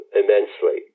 immensely